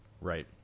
right